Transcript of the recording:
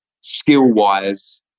skill-wise